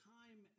time